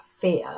fear